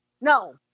no